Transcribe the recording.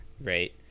right